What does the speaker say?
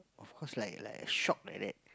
of course like like shock like that